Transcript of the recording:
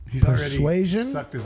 Persuasion